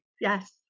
Yes